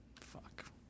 Fuck